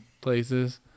places